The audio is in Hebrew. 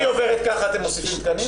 אם היא עוברת ככה, אתם מוסיפים תקנים?